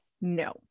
No